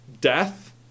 death